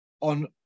on